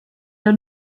der